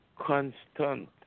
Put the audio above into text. constant